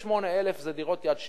78,000 מתוכן דירות יד שנייה.